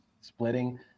splitting